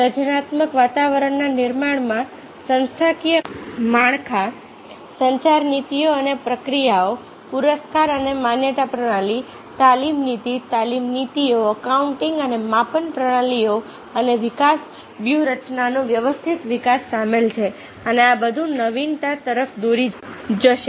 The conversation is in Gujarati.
સર્જનાત્મક વાતાવરણના નિર્માણમાં સંસ્થાકીય માળખા સંચાર નીતિઓ અને પ્રક્રિયાઓ પુરસ્કાર અને માન્યતા પ્રણાલી તાલીમ નીતિ તાલીમ નીતિઓ એકાઉન્ટિંગ અને માપન પ્રણાલીઓ અને વિકાસ વ્યૂહરચનાનો વ્યવસ્થિત વિકાસ સામેલ છે અને આ બધું નવીનતા તરફ દોરી જશે